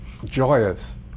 joyous